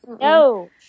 No